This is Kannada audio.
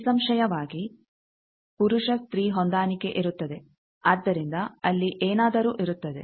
ನಿಸ್ಸಂಶಯವಾಗಿ ಪುರುಷ ಸ್ತ್ರೀ ಹೊಂದಾಣಿಕೆ ಇರುತ್ತದೆ ಆದ್ದರಿಂದ ಅಲ್ಲಿ ಏನಾದರೂ ಇರುತ್ತದೆ